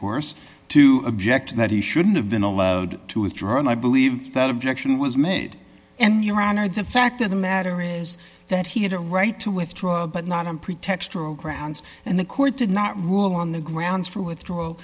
course to object that he shouldn't have been allowed to withdraw and i believe that objection was made and your honor the fact of the matter is that he had a right to withdraw but not a pretext or a grounds and the court did not rule on the grounds for withdrawal